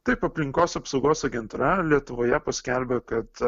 taip aplinkos apsaugos agentūra lietuvoje paskelbė kad